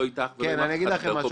לא איתך ולא עם אף אחד אחר פה.